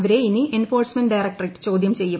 അവരെ ഇനി enforcement directorate ചോദൃം ചെയ്യും